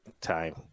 time